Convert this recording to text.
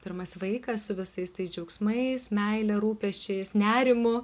pirmas vaikas su visais tais džiaugsmais meile rūpesčiais nerimu